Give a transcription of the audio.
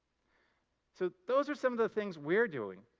so those are some of the things we're doing.